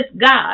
God